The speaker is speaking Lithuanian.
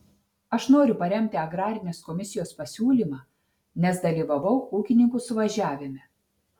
aš noriu paremti agrarinės komisijos pasiūlymą nes dalyvavau ūkininkų suvažiavime